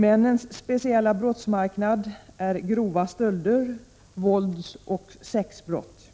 Männens speciella brottsmarknad är grova stölder, våldsoch sexbrott.